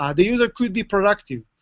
um the user could be productive.